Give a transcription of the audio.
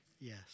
Yes